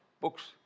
books